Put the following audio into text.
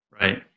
Right